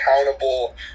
accountable